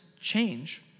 change